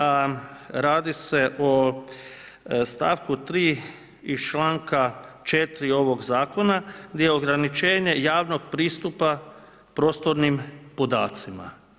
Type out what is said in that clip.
A radi se o stavku 3. iz članka 4. ovog zakona gdje je ograničenje javnog pristupa prostornim podacima.